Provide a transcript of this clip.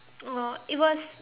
uh it was